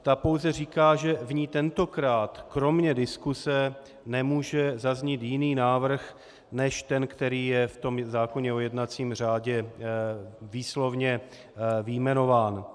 Ta pouze říká, že v ní tentokrát kromě diskuse nemůže zaznít jiný návrh než ten, který je v tom zákoně o jednacím řádě výslovně vyjmenován.